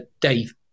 Dave